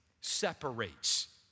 separates